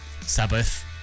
sabbath